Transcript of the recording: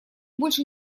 больше